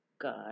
God